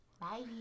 Bye